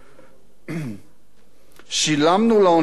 שילמנו לאוניברסיטה